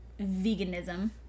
Veganism